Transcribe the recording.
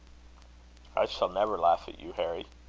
i shall never laugh at you, harry.